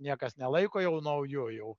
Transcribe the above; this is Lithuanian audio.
niekas nelaiko jau nauju jau